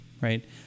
right